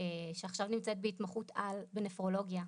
שעכשיו נמצאת בהתמחות על בנפרולוגיה,